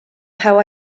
how